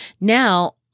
Now